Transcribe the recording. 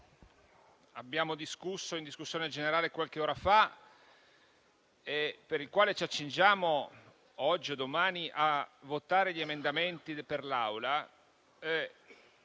abbiamo esaminato in discussione generale qualche ora fa, per il quale ci accingiamo, oggi o domani, a votare gli emendamenti per l'Aula,